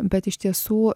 bet iš tiesų